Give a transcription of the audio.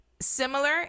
Similar